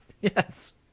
Yes